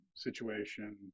Situation